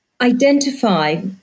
identify